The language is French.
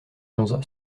onze